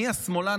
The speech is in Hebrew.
מי השמאלן,